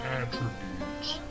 attributes